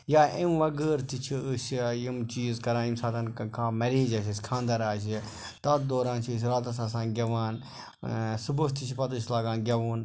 یا اَمہِ وَغٲر تہِ چھِ أسۍ یِم چیٖز کَران ییٚمہِ ساتہٕ کانٛہہ مٮ۪ریج آسہِ اَسہِ خانٛدَر آسہِ تَتھ دوران چھِ أسۍ راتَس آسان گٮ۪وان صُبحس تہِ چھِ پَتہٕ أسۍ لاگان گٮ۪وُن